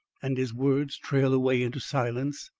and his words trail away into silence?